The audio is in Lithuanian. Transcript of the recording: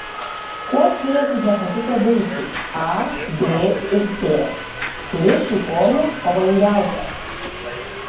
kuo skiriasi hepatito virusai a b ir c kuri šių formų pavojingiausia